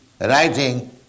Writing